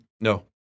No